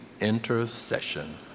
intercession